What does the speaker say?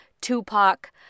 tupac